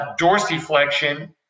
dorsiflexion